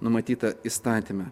numatyta įstatyme